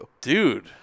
dude